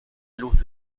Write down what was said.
luz